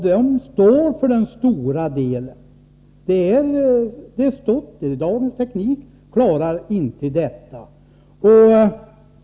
Dessa står för den stora delen av avgaserna. Dagens teknik klarar inte detta.